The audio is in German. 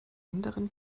anderen